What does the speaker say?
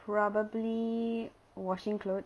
probably washing clothes